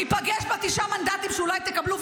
ניפגש בתשעה מנדטים שאולי תקבלו,